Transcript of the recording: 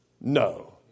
no